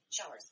Showers